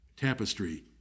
tapestry